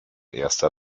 erster